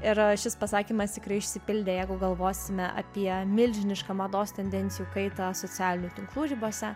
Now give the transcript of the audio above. ir šis pasakymas tikrai išsipildė jeigu galvosime apie milžinišką mados tendencijų kaitą socialinių tinklų žibose